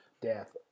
death